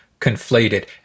conflated